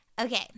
Okay